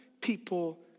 people